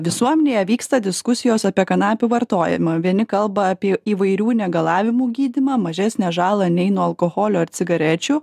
visuomenėje vyksta diskusijos apie kanapių vartojimą vieni kalba apie įvairių negalavimų gydymą mažesnę žalą nei nuo alkoholio ar cigarečių